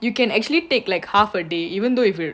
you can actually take like half a day even though if you